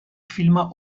filma